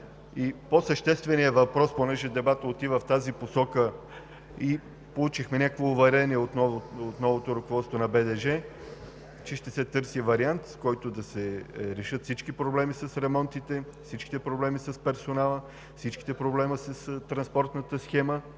По-същественият въпрос, тъй като дебатът отива в тази посока, е, че получихме някакво уверение от новото ръководство на БДЖ, че ще се търси вариант, с който да се решат всички проблеми с ремонтите, всички проблеми с персонала, всички проблеми с транспортната схема